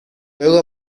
luego